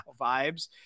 vibes